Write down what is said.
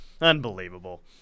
Unbelievable